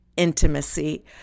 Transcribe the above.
intimacy